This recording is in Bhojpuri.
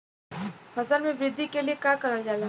फसल मे वृद्धि के लिए का करल जाला?